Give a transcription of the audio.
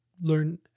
learn